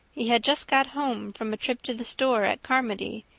he had just got home from a trip to the store at carmody,